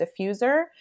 diffuser